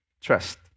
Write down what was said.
trust